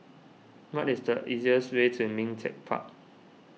what is the easiest way to Ming Teck Park